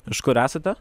iš kur esate